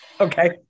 Okay